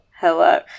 hello